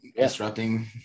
disrupting